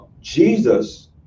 Jesus